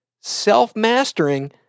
self-mastering